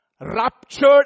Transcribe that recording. Raptured